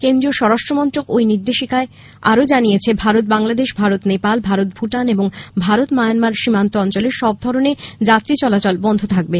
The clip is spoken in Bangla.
কেন্দ্রীয় স্বরাষ্ট্র মন্ত্রক ওই নির্দেশিকায় আরও জানিয়েছে ভারত বংলাদেশ ভারত নেপাল ভারত ভূটান এবং ভারত মায়ানমার সীমান্ত অঞ্চলে সব ধরনের যাত্রী চলাচল বন্ধ থাকবে